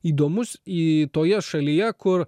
įdomus į toje šalyje kur